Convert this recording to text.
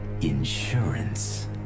insurance